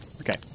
Okay